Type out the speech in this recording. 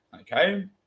okay